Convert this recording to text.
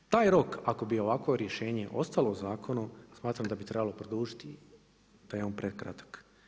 Taj rok ako bi ovakvo rješenje ostalo u zakonu, smatram da bi ga trebalo produžiti, da je on prekratak.